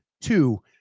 Two